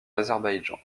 azerbaïdjan